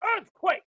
earthquake